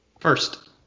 First